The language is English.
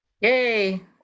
Yay